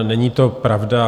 Není to pravda.